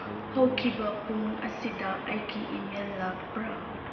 ꯍꯧꯈꯤꯕ ꯄꯨꯡ ꯑꯁꯤꯗ ꯑꯩꯒꯤ ꯏ ꯃꯦꯜ ꯂꯥꯛꯄ꯭ꯔꯥ